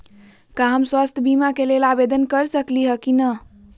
का हम स्वास्थ्य बीमा के लेल आवेदन कर सकली ह की न?